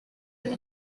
and